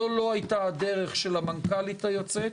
זו לא הייתה הדרך של המנכ"לית היוצאת,